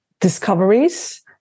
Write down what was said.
discoveries